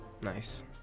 Nice